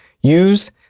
use